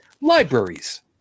libraries